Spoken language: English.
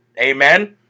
Amen